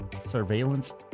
surveillance